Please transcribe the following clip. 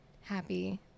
happy